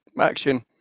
action